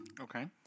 Okay